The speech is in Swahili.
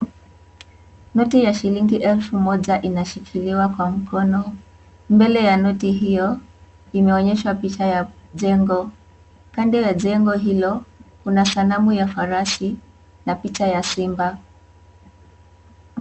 Noti ya shilingi elfu moja inashikiliwa kwa mkono. Mbele ya noti hiyo imeonyesha picha ya jengo. Kando ya jengo hilo kuna sanamu ya farasi na picha ya simba.